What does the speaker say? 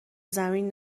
زمین